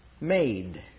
made